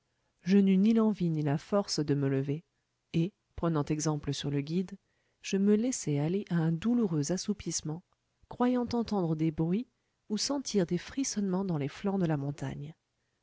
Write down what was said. je n'eus ni l'envie ni la force de me lever et prenant exemple sur le guide je me laissai aller à un douloureux assoupissement croyant entendre des bruits ou sentir des frissonnements dans les flancs de la montagne